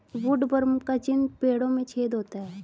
woodworm का चिन्ह पेड़ों में छेद होता है